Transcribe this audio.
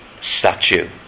statue